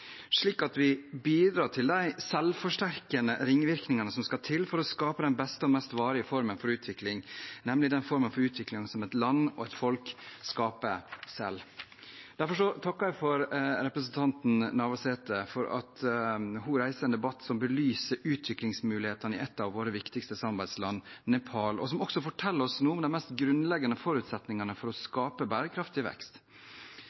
slik at vi bidrar til de selvforsterkende ringvirkningene som skal til for å skape den beste og mest varige formen for utvikling, nemlig den formen for utvikling som et land og et folk skaper selv. Derfor takker jeg representanten Navarsete for at hun reiser en debatt som belyser utviklingsmulighetene i et av våre viktigste samarbeidsland, Nepal, og som også forteller oss noe om de mest grunnleggende forutsetningene for å skape bærekraftig vekst.